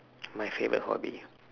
my favourite hobby